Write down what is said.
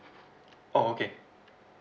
oh okay